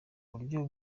buryo